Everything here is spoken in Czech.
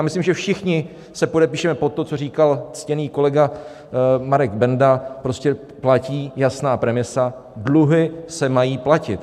Myslím, že všichni se podepíšeme pod to, co říkal ctěný kolega Marek Benda, prostě platí jasná premisa: dluhy se mají platit.